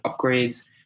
upgrades